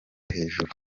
hejuru